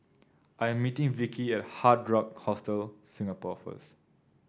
I am meeting Vicki at Hard Rock Hostel Singapore first